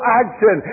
action